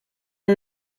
are